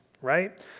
Right